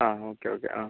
ആ okay okay ആ